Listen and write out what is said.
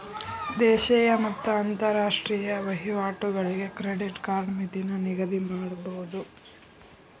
ದೇಶೇಯ ಮತ್ತ ಅಂತರಾಷ್ಟ್ರೇಯ ವಹಿವಾಟುಗಳಿಗೆ ಕ್ರೆಡಿಟ್ ಕಾರ್ಡ್ ಮಿತಿನ ನಿಗದಿಮಾಡಬೋದು